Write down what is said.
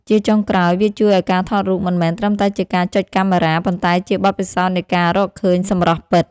ជាចុងក្រោយ វាជួយឱ្យការថតរូបមិនមែនត្រឹមតែជាការចុចកាមេរ៉ា ប៉ុន្តែជាបទពិសោធន៍នៃការរកឃើញសម្រស់ពិត។